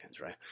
right